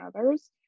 others